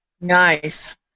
Nice